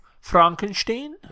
Frankenstein